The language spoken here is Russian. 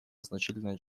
значительное